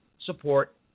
support